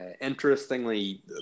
Interestingly